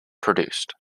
produced